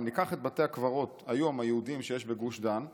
אם ניקח את בתי הקברות היהודיים שיש בגוש דן היום,